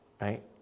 right